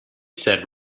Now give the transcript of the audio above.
said